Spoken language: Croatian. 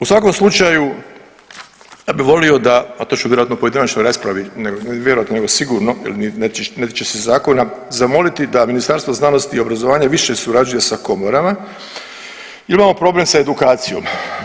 U svakom slučaju, ja bih volio da, a to ću vjerojatno u pojedinačnoj raspravi, ne vjerojatno nego sigurno jer ne tiče se zakona, zamoliti da Ministarstvo znanosti i obrazovanja više surađuje sa komorama jer imamo problem sa edukacijom.